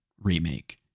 remake